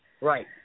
Right